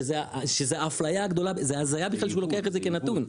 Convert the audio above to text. שזה הזיה בכלל שהוא לוקח את זה כנתון.